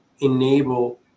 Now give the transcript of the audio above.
enable